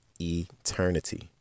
eternity